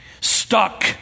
stuck